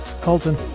Colton